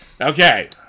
Okay